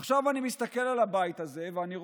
עכשיו, אני מסתכל על הבית הזה ואני רואה,